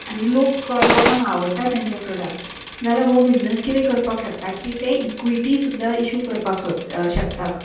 आनी लोक लोकांक आवडटा तेंचे प्रॉडक्ट जाल्यार हो बिझनेस कितेें करपाक शकता की ते इक्विटी सुद्दां इशू करपाक सोद शकतात